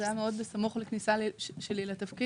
זה היה מאוד בסמוך לכניסה שלי לתפקיד